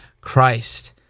Christ